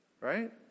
Right